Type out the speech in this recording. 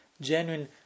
genuine